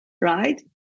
right